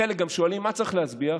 חלק גם שואלים מה צריך להצביע,